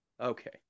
okay